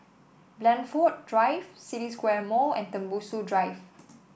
Blandford Drive City Square Mall and Tembusu Drive